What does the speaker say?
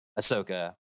Ahsoka